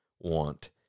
want